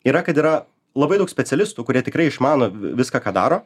yra kad yra labai daug specialistų kurie tikrai išmano viską ką daro